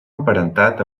emparentat